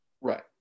Right